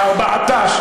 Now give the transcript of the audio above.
ארבעתאש.